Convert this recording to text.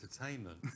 entertainment